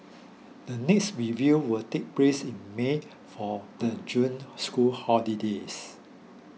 the next review will take place in May for the June school holidays